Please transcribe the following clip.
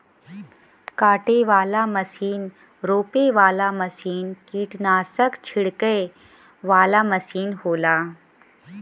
काटे वाला मसीन रोपे वाला मसीन कीट्नासक छिड़के वाला मसीन होला